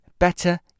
better